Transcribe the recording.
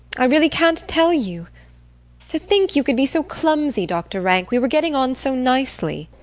i really can't tell you to think you could be so clumsy, doctor rank! we were getting on so nicely.